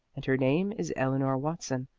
and her name is eleanor watson.